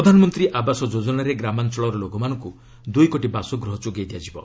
ପ୍ରଧାନମନ୍ତ୍ରୀ ଆବାସ ଯୋଜନାରେ ଗ୍ରାମାଞ୍ଚଳର ଲୋକମାନଙ୍କୁ ଦୁଇ କୋଟି ବାସ ଗୃହ ଯୋଗାଇ ଦିଆଯିବ